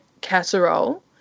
casserole